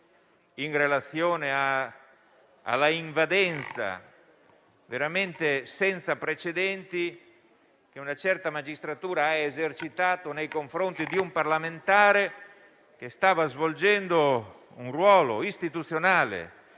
in relazione all'invadenza veramente senza precedenti che una certa magistratura ha esercitato nei confronti di un parlamentare che stava svolgendo un ruolo istituzionale,